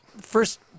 first